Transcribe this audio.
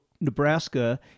Nebraska